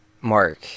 Mark